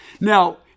Now